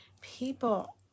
people